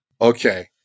Okay